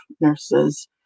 nurses